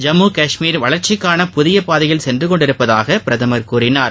ஜம்மு காஷ்மீர் வளர்ச்சிகான புதிய பாதையில் சென்று கொண்டிருப்பதாக பிரதமர் கூறினார்